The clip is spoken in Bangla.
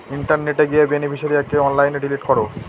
ইন্টারনেটে গিয়ে বেনিফিশিয়ারিকে অনলাইনে ডিলিট করো